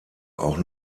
auch